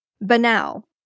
banal